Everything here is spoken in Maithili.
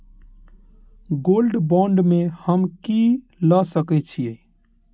गोल्ड बांड में हम की ल सकै छियै?